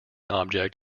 object